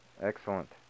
Excellent